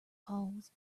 pause